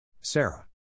Sarah